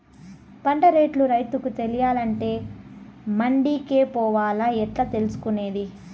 పంట రేట్లు రైతుకు తెలియాలంటే మండి కే పోవాలా? ఎట్లా తెలుసుకొనేది?